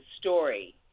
story